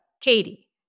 Katie